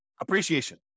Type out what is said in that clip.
appreciation